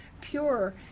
pure